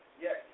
Yes